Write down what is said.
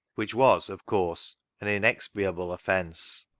which was, of course, an inexpiable offence.